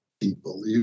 people